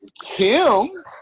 Kim